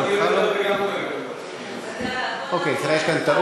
שמך לא, אז יאללה, אוקיי, כנראה יש כאן טעות.